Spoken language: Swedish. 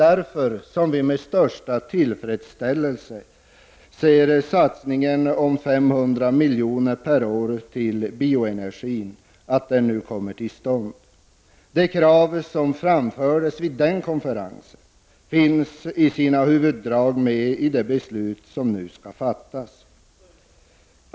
Det är därför med största tillfredsställelse som vi konstaterar att satsningen på 500 milj.kr. till bioenergi nu kommer till stånd. De krav som framfördes vid konferensen finns i sina huvuddrag med i de beslut som nu skall fattas.